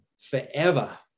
forever